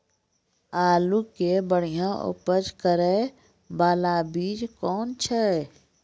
आलू के बढ़िया उपज करे बाला बीज कौन छ?